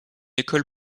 école